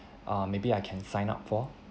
uh maybe I can sign up for